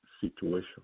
situation